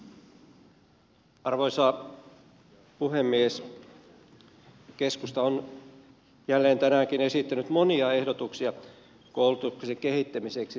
keskusta on jälleen tänäänkin esittänyt monia ehdotuksia koulutuksen kehittämiseksi suomessa